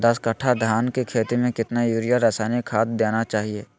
दस कट्टा धान की खेती में कितना यूरिया रासायनिक खाद देना चाहिए?